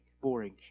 boring